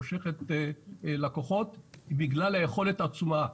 מושכות לקוחות היא בגלל היכולת עצמה.